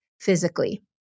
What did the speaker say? physically